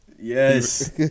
Yes